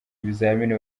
ibizamini